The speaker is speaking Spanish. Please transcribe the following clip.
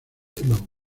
hello